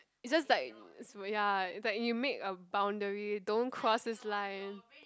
it's just that so ya that you make a boundary don't cross this line